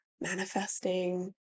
manifesting